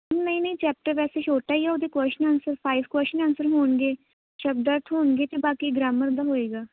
ਨਹੀਂ ਨਹੀਂ ਚੈਪਟਰ ਵੈਸੇ ਛੋਟਾ ਹੀ ਹੈ ਉਹਦੇ question answer five question answer ਹੋਣਗੇ ਸ਼ਬਦਾਂ 'ਚ ਹੋਣਗੇ ਅਤੇ ਬਾਕੀ ਗਰਾਮਰ ਦਾ ਹੋਏਗਾ